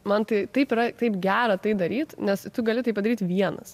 man tai taip yra taip gera tai daryt nes tu gali tai padaryt vienas